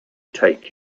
take